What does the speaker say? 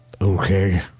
Okay